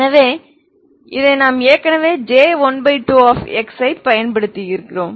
எனவே இதை நாம் ஏற்கனவே J12x ஐப் பயன்படுத்தியிருக்கிறோம்